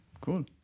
cool